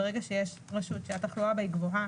ברגע שיש רשות שהתחלואה בה היא גבוהה,